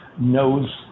knows